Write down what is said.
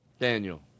Daniel